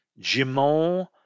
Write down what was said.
Jimon